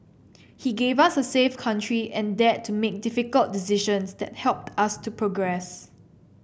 he gave us a safe country and dared to make difficult decisions that helped us to progress